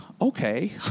okay